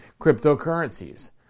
cryptocurrencies